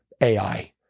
AI